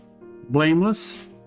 Blameless